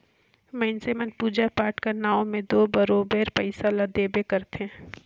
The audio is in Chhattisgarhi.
मइनसे मन पूजा पाठ कर नांव में दो बरोबेर पइसा ल देबे करथे